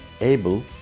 able